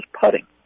putting